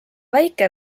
väike